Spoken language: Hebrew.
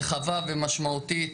רחבה ומשמעותית.